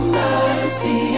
mercy